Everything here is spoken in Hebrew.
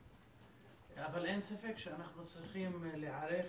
אבל אין ספק שאנחנו צריכים להיערך,